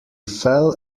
fell